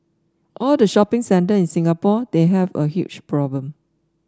all the shopping centre in Singapore they have a huge problem